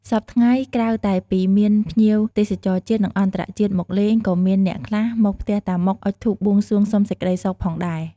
សព្វថ្ងៃ ក្រៅតែពីមានភ្ញៀវទេសចរជាតិ និង អន្តរជាតិមកលេង ក៏មានអ្នកខ្លះមកផ្ទះតាម៉ុកអុជធូបបួងសួងសុំសេចក្ដីសុខផងដែរ។